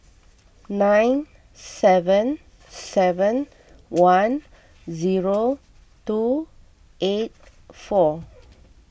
nine seven seven one zero two eight four